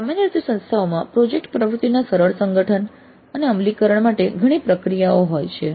સામાન્ય રીતે સંસ્થાઓમાં પ્રોજેક્ટ પ્રવૃત્તિના સરળ સંગઠન અને અમલીકરણ માટે ઘણી પ્રક્રિયાઓ હોય છે